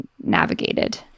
navigated